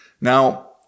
Now